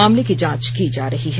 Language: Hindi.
मामले की जांच की जा रही है